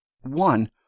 one